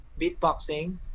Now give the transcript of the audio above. beatboxing